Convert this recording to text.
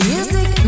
Music